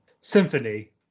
symphony